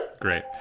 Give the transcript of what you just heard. great